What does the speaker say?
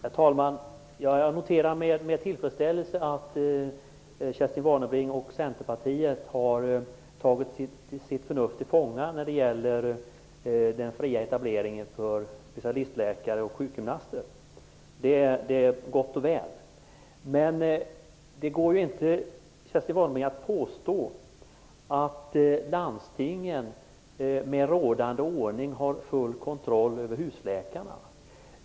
Herr talman! Jag noterar med tillfredsställelse att Kerstin Warnerbring och Centerpartiet har tagit sitt förnuft till fånga när det gäller den fria etableringen för specialistläkare och sjukgymnaster. Så långt är det gott och väl. Men det går inte, Kerstin Warnerbring, att påstå att landstingen med rådande ordning har full kontroll över husläkarna.